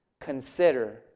consider